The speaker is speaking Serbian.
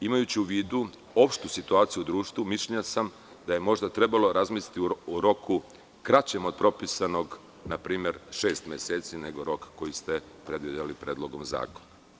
Imajući u vidu opštu situaciju u društvu, mišljenja sam da je možda trebalo razmisliti o roku kraćem od propisanog, na primer, šest meseci, nego rok koji ste predvideli Predlogom zakona.